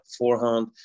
beforehand